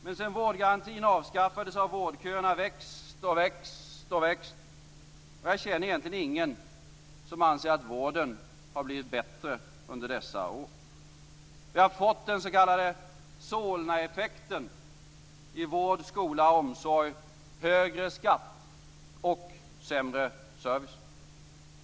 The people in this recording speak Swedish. Men sedan vårdgarantin avskaffades har vårdköerna växt och växt. Jag känner egentligen ingen som anser att vården har blivit bättre under dessa år. Vi har fått den s.k. Solnaeffekten i vård, skola och omsorg: Högre skatt och sämre service.